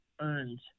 earned